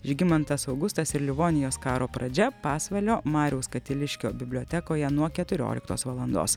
žygimantas augustas ir livonijos karo pradžia pasvalio mariaus katiliškio bibliotekoje nuo keturioliktos valandos